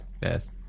Yes